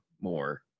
more